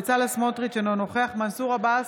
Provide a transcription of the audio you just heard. אינה נוכחת בצלאל סמוטריץ' אינו נוכח מנסור עבאס,